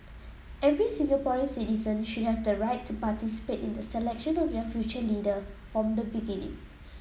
every Singapore citizen should have the right to participate in the selection of their future leader from the beginning